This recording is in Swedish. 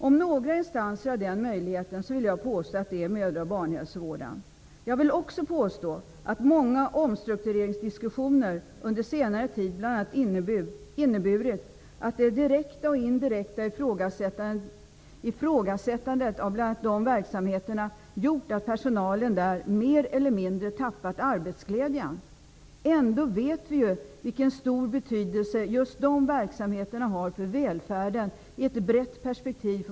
Om några instanser har den möjligheten så vill jag påstå att det är mödra och barnhälsovården. Jag vill också påstå att många omstruktureringsdiskussioner under senare tid bl.a. inneburit att det direkta eller indirekta ifrågasättandet av verksmheterna gjort att personalen där mer eller mindre tappat arbetsglädjen. Ändå vet vi vilken stor betydelse just de verksamheterna har för välfärden i vårt land i ett brett perspektiv.